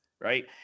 right